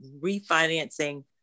refinancing